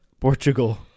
Portugal